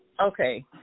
okay